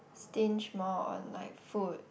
stinge more on like food